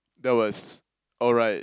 that was alright